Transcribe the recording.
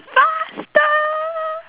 faster